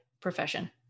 profession